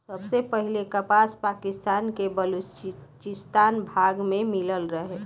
सबसे पहिले कपास पाकिस्तान के बलूचिस्तान भाग में मिलल रहे